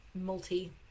multi-